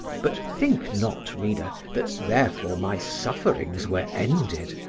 but think not, reader, that therefore my sufferings were ended,